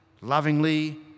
lovingly